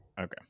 Okay